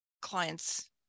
clients